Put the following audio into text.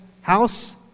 house